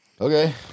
Okay